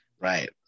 Right